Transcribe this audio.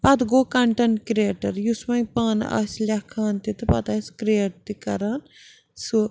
پَتہٕ گوٚو content creator یُس وۄنۍ پانہٕ آسہِ لٮ۪کھان تہِ تہٕ پَتہٕ آسہِ کِرٛیٹ تہِ کران سُہ